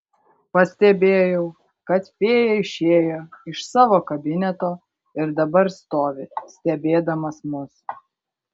pastebėjau kad fėja išėjo iš savo kabineto ir dabar stovi stebėdamas mus